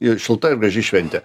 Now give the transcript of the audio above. ir šilta ir graži šventė